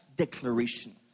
Declaration